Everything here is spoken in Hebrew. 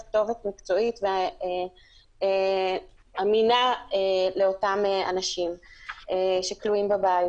כתובת מקצועית אמינה לאותם אנשים שכלואים בבית.